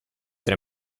tre